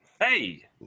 hey